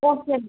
okay